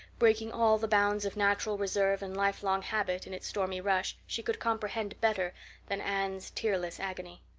breaking all the bounds of natural reserve and lifelong habit in its stormy rush, she could comprehend better than anne's tearless agony.